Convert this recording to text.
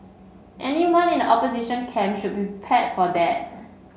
anyone in the opposition camp should be prepared for that